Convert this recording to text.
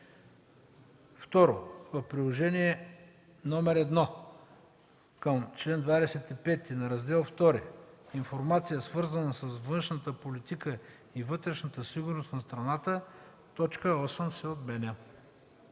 2. В Приложение № 1 към чл. 25 в раздел II „Информация, свързана с външната политика и вътрешната сигурност на страната” т. 8 се отменя.”